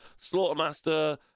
slaughtermaster